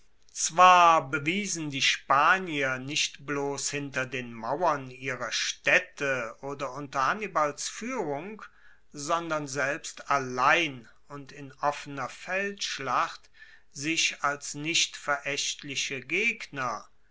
zwar bewiesen die spanier nicht bloss hinter den mauern ihrer staedte oder unter hannibals fuehrung sondern selbst allein und in offener feldschlacht sich als nicht veraechtliche gegner